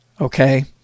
Okay